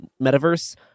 metaverse